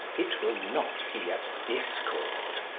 it will not be at discord.